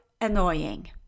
annoying